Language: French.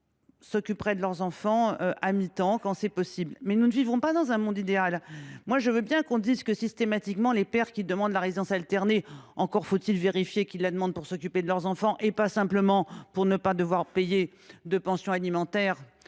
s’occuperaient de leurs enfants à mi temps, quand c’est possible. Mais nous ne vivons pas dans un monde idéal. Je veux bien que l’on dise que les pères sont systématiquement demandeurs de la résidence alternée. Encore faut il vérifier qu’ils la demandent pour s’occuper de leurs enfants et non pas simplement pour ne pas devoir payer de pension alimentaire.